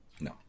No